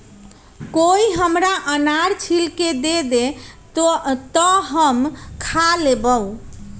कोई हमरा अनार छील के दे दे, तो हम खा लेबऊ